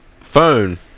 phone